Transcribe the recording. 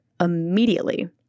immediately